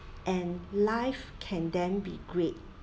and life can then be great